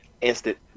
instant